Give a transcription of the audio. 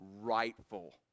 rightful